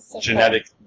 genetic